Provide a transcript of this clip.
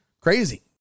crazy